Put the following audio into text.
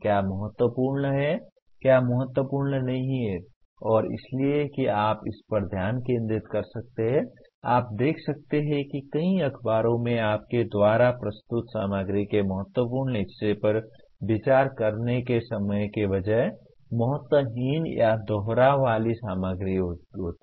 क्या महत्वपूर्ण है क्या महत्वपूर्ण नहीं है और इसलिए कि आप इस पर ध्यान केंद्रित कर सकते हैं आप देख सकते हैं कि कई अखबारों में आपके द्वारा प्रस्तुत सामग्री के महत्वपूर्ण हिस्से पर विचार करने के समय के बजाय महत्वहीन या दोहराव वाली सामग्री होगी